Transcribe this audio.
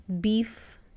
beef